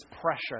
pressure